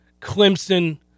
Clemson